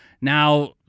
Now